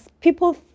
people